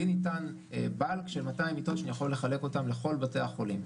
לי ניתן בנק של מאתיים מיטות שאני יכול לחלק אותן לכל בתי החולים,